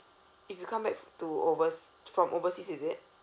if you come back to over~ from overseas is it